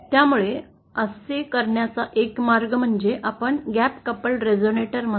त्यामुळे असे करण्याचा एक मार्ग म्हणजे आपण गॅप कपल्ड रेझोनेटर म्हणतो